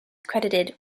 credited